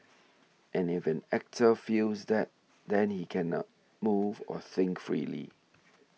and if an actor feels that then he cannot move or think freely